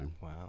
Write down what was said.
Wow